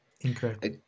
Incorrect